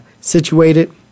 situated